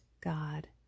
God